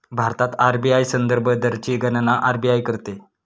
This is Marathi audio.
भारतात आर.बी.आय संदर्भ दरची गणना आर.बी.आय करते